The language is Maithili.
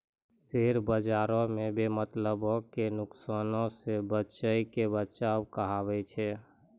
शेयर बजारो मे बेमतलबो के नुकसानो से बचैये के बचाव कहाबै छै